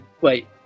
wait